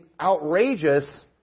outrageous